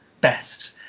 best